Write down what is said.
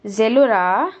Zalora